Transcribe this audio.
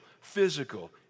physical